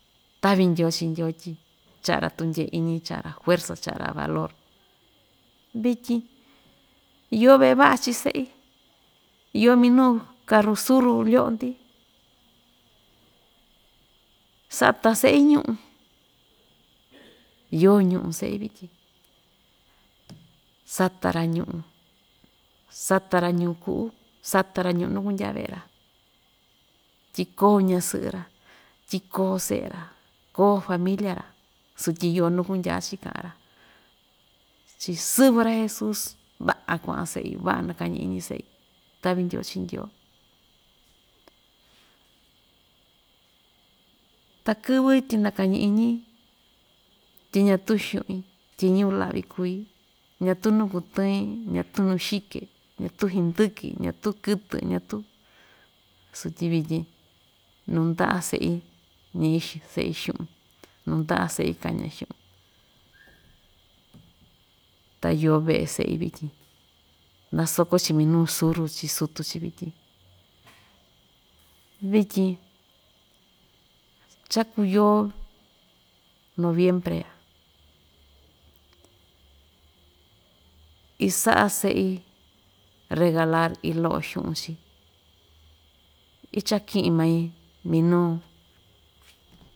Ta'vi ndyoo chii ndyoo tyi cha'a‑ra tundye‑iñi cha'a‑ra juerza cha'a‑ra valor vityin iyo ve'e va'a chii se'i iyo minuu karu suru lyo'o‑ndi sata se'i ñu'un yoo ñu'un se'i vityin sata‑ra ñu'un sata‑ra ñu'un ku'ú sata‑ra ñu'un nuu kundyaa ve'e‑ra tyi koo ña'a sɨ'ɨ‑ra tyi koo se'e‑ra koo familia‑ra sutyi iyo nu kundyaa‑chi ka'a‑ra chi sɨvɨ ra jesus va'a kua'an se'i va'a nakañi iñi se'i ta'vi ndyoo chi ndyoo, ta kɨvɨ tyi nakañi‑iñi tyi ñatuu xu'in tyi ñɨvɨ la'vi kui ñatu nu kutɨin ñatu nuxike ñatu hndɨkɨ ñatu kɨtɨ ñatuu sotyi vityin nuu nda'a se'i ñi'i xu se'i xu'un nuu nda'a se'i kaña xu'un ta yoo ve'e se'i vityin nasoko‑chi minu suru chi sutu‑chi vityin vityin cha iku yoo noviembre ya isa'a se'i regalar ilo'o xu'un chií ichaki'in mai minu.